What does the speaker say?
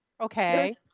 okay